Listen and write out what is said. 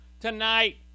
tonight